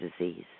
disease